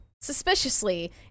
suspiciously